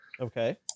Okay